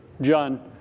John